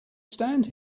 stand